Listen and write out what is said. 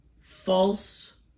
false